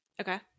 Okay